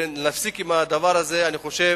צריך